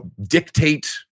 dictate